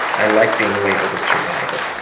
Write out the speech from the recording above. i like being labelled a survivor.